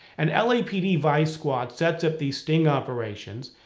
and lapd vice squad sets up these sting operations,